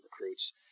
recruits